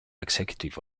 executive